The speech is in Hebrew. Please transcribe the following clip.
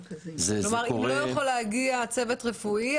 אם לא יכול להגיע צוות רפואי?